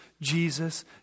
Jesus